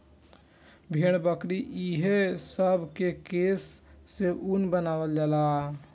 भेड़, बकरी ई हे सब के केश से ऊन बनावल जाला